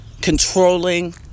controlling